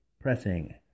pressing